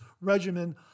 regimen